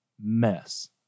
mess